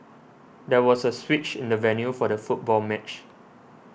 there was a switch in the venue for the football match